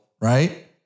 right